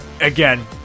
again